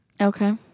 Okay